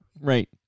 Right